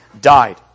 died